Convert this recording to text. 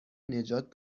نجات